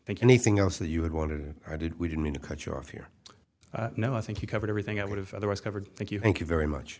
think anything else that you would want and i did we didn't mean to cut you off here no i think you covered everything i would have otherwise covered thank you thank you very much